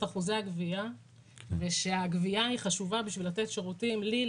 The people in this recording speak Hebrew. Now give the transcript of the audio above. אחוזי הגבייה ושהגבייה היא חשובה כדי לתת שירותים לי,